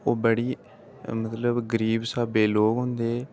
ओह् बड़ी मतलब गरीब स्हाबै दे लोक होंदे हे